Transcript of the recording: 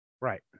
Right